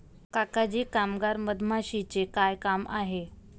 काका जी कामगार मधमाशीचे काय काम आहे